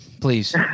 please